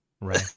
Right